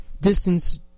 distance